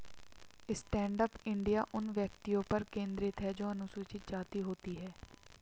stand up India उन व्यक्तियों पर केंद्रित है जो अनुसूचित जाति होती है